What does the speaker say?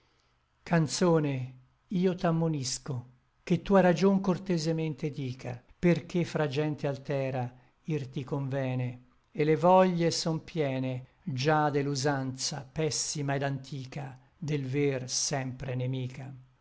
canzone io t'ammonisco che tua ragion cortesemente dica perché fra gente altera ir ti convene et le voglie son piene già de l'usanza pessima et antica del ver sempre nemica